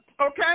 Okay